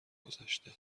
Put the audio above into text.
گذشته